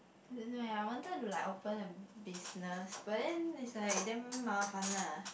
I don't know eh I wanted to like open a business but then is like damn 麻烦:mafan lah